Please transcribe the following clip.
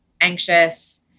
anxious